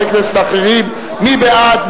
מי בעד?